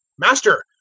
master,